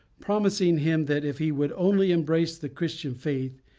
promising him that if he would only embrace the christian faith,